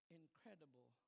incredible